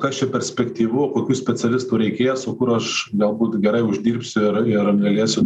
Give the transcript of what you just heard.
kas čia perspektyvu kokių specialistų reikės o kur aš galbūt gerai uždirbsiu ir ir galėsiu